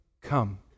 come